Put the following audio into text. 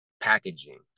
packaging